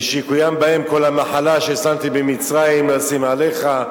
ושיקוים בהם: "כל המחלה ששמתי במצרים לא אשים עליך,